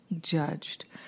judged